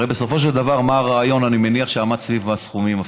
הרי בסופו של דבר, מה הרעיון שעמד סביב הסכומים?